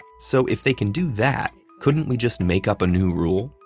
so if they can do that, couldn't we just make up a new rule,